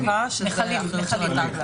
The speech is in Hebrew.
בנחלים.